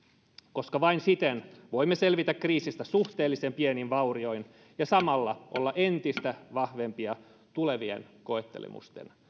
koska vain siten voimme selvitä kriisistä suhteellisen pienin vaurioin ja samalla olla entistä vahvempia tulevien koettelemusten